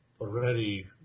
already